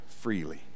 freely